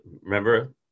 Remember